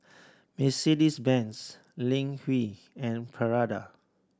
Mercedes Benz Ling Wu and Prada